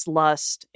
lust